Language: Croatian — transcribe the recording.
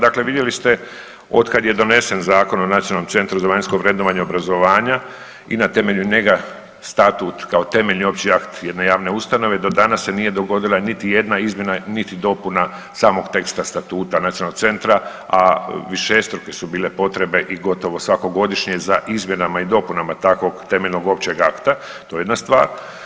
Pa dakle vidjeli ste otkad je donesen Zakon o nacionalnom centru za vanjsko vrednovanje obrazovanja i na temelju njega statut kao temeljni opći akt jedne javne ustanove, do danas se nije dogodila niti jedna izmjena, niti dopuna samog teksta statuta nacionalnog centra, a višestruke su bile potrebe i gotovo svako godišnje za izmjenama i dopunama takvog temeljnog općeg akta, to je jedna stvar.